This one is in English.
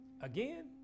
Again